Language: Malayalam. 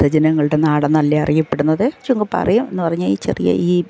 വൃദ്ധ ജനങ്ങളുടെ നാടെന്നല്ലേ അറിയപ്പെടുന്നത് പക്ഷേ പറിയം എന്ന് പറഞ്ഞ ഈ ചെറിയ ഈ വില്ലേജ്